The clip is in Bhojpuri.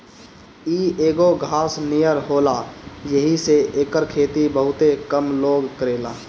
इ एगो घास नियर होला येही से एकर खेती बहुते कम लोग करेला